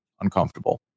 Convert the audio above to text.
uncomfortable